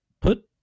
put